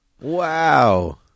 Wow